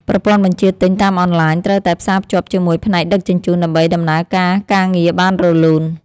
ប្រព័ន្ធបញ្ជាទិញតាមអនឡាញត្រូវតែផ្សារភ្ជាប់ជាមួយផ្នែកដឹកជញ្ជូន ដើម្បីដំណើរការការងារបានរលូន។